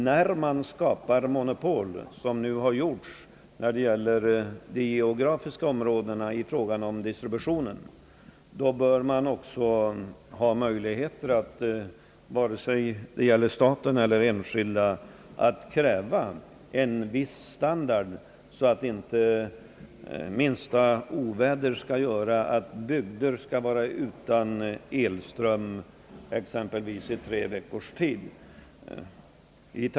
När man skapar monopol som nu skett när det gäller de geografiska områdena i fråga om distributionen, då bör det också med tanke på den vinst som företagen gör finnas möjlighet, vare sig det gäller staten eller enskilda, att kräva en viss standard så att inte minst oväder medför att bygder måste vara utan elström i kanske tre veckors tid.